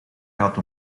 gaat